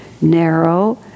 narrow